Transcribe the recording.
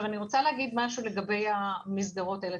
אני רוצה להגיד משהו לגבי המסגרות האלה.